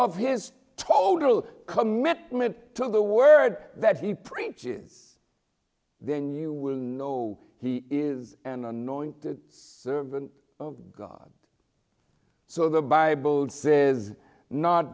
of his total commitment to the word that he preaches then you will know he is an anointed servant of god so the bible says not